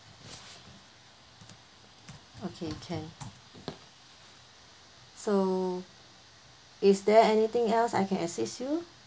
okay can so is there anything else I can assist you